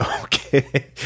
Okay